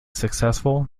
successful